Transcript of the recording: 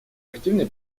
активной